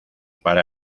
para